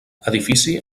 edifici